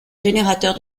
générateur